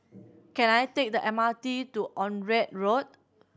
can I take the M R T to Onraet Road